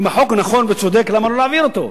אם החוק הוא נכון וצודק, למה לא להעביר אותו?